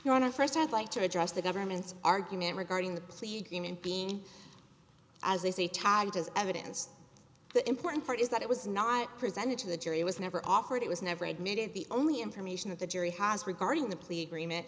honor first i'd like to address the government's argument regarding the plea agreement being as i say tagged as evidence the important part is that it was not presented to the jury was never offered it was never admitted the only information that the jury has regarding the plea agreement